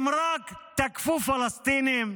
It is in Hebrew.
הם רק תקפו פלסטינים,